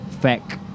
fact